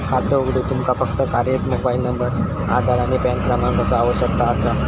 खातो उघडूक तुमका फक्त कार्यरत मोबाइल नंबर, आधार आणि पॅन क्रमांकाचो आवश्यकता असा